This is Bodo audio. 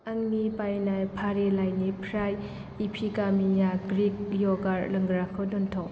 आंनि बायनाय फारिलाइनिफ्राय एपिगामिया ग्रिक यगार्ट लोंग्राखौ दोनथ'